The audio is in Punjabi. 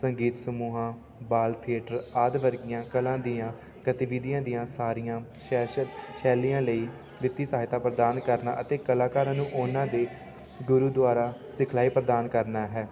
ਸੰਗੀਤ ਸਮੂਹਾਂ ਬਾਲ ਥੀਏਟਰ ਆਦਿ ਵਰਗੀਆਂ ਕਲਾ ਦੀਆਂ ਗਤੀਵਿਧੀਆਂ ਦੀਆਂ ਸਾਰੀਆਂ ਸਹਿਸ਼ਿਤ ਸ਼ੈਲੀਆਂ ਲਈ ਵਿੱਤੀ ਸਹਾਇਤਾ ਪ੍ਰਦਾਨ ਕਰਨਾ ਅਤੇ ਕਲਾਕਾਰਾਂ ਨੂੰ ਉਹਨਾਂ ਦੇ ਗੁਰੂ ਦੁਆਰਾ ਸਿਖਲਾਈ ਪ੍ਰਦਾਨ ਕਰਨਾ ਹੈ